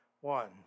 one